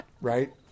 Right